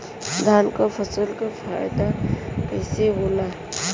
धान क फसल क फायदा कईसे होला?